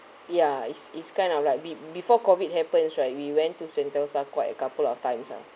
ya it's it's kind of like be~ before COVID happens right we went to sentosa quite a couple of times ah